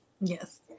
Yes